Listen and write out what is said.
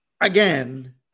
again